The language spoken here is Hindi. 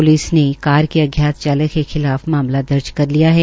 प्लिस ने कार के अज्ञात चालक के खिलाफ मामला दर्ज कर लिया है